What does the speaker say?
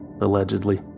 allegedly